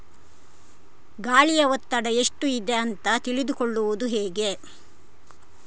ಗಾಳಿಯ ಒತ್ತಡ ಎಷ್ಟು ಇದೆ ಅಂತ ತಿಳಿದುಕೊಳ್ಳುವುದು ಹೇಗೆ?